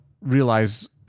realize